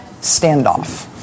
standoff